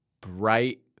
bright